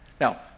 Now